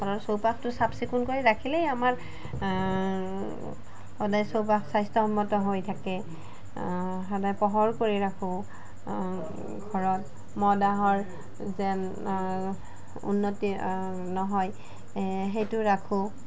ঘৰৰ চৌপাশটো চাফ চিকুণ কৰি ৰাখিলেই আমাৰ সদায় চৌপাশ স্বাস্থ্য সন্মত হৈ থাকে সদায় পোহৰ কৰি ৰাখোঁ ঘৰত যেন উন্নতি নহয় এ সেইটো ৰাখোঁ